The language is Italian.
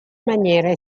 maniere